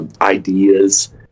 ideas